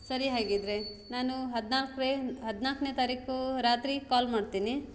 ಸರಿ ಹಾಗಿದ್ದರೆ ನಾನು ಹದಿನಾಲ್ಕನೇ ಹದಿನಾಲ್ಕನೇ ತಾರೀಕೂ ರಾತ್ರಿ ಕಾಲ್ ಮಾಡ್ತೀನಿ